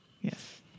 Yes